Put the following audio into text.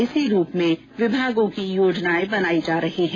इसी रूप में विभागों की योजनाएं बनायी जा रही हैं